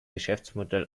geschäftsmodell